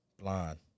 Blonde